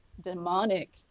demonic